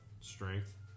Strength